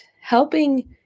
helping